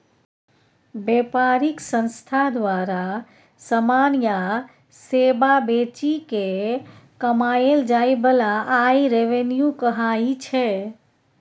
बेपारिक संस्था द्वारा समान या सेबा बेचि केँ कमाएल जाइ बला आय रेवेन्यू कहाइ छै